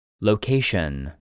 Location